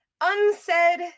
unsaid